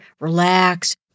relax